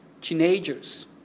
teenagers